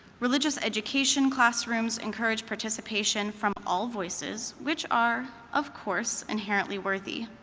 religious education classrooms encourage participation from all voices, which are, of course, inherently worthy.